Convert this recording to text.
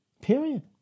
Period